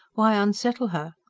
why unsettle her?